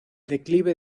declive